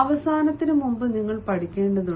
അവസാനത്തിനുമുമ്പ് നിങ്ങൾ പഠിക്കേണ്ടതുണ്ട്